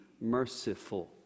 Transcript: merciful